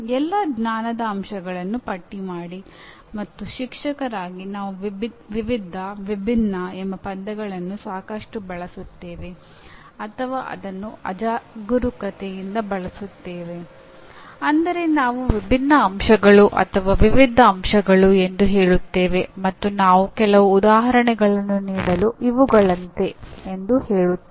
ಎಲ್ಲಾ ಜ್ಞಾನದ ಅಂಶಗಳನ್ನು ಪಟ್ಟಿಮಾಡಿ ಮತ್ತು ಶಿಕ್ಷಕರಾಗಿ ನಾವು ವಿವಿಧ ವಿಭಿನ್ನ ಎಂಬ ಪದಗಳನ್ನು ಸಾಕಷ್ಟು ಬಳಸುತ್ತೇವೆ ಅಥವಾ ಅದನ್ನು ಅಜಾಗರೂಕತೆಯಿಂದ ಬಳಸುತ್ತೇವೆ ಅಂದರೆ ನಾವು ವಿಭಿನ್ನ ಅಂಶಗಳು ಅಥವಾ ವಿವಿಧ ಅಂಶಗಳು ಎಂದು ಹೇಳುತ್ತೇವೆ ಮತ್ತು ನಾವು ಕೆಲವು ಉದಾಹರಣೆಗಳನ್ನು ನೀಡಲು "ಇವುಗಳಂತೆ" ಎಂದು ಹೇಳುತ್ತೇವೆ